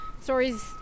stories